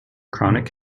chronic